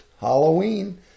Halloween